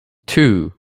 two